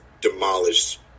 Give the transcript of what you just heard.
Demolished